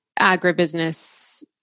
agribusiness